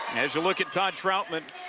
as you look at todd troutman,